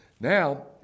Now